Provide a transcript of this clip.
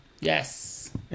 Yes